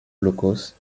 blockhaus